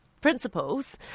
principles